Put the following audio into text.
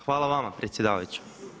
Hvala vama predsjedavajući.